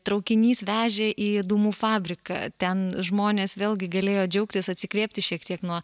traukinys vežė į dūmų fabriką ten žmonės vėlgi galėjo džiaugtis atsikvėpti šiek tiek nuo